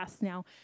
now